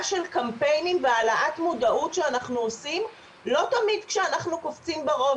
של קמפיינים והעלאת מודעות שאנחנו עושים לא תמיד כשאנחנו קופצים בראש,